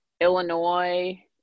Illinois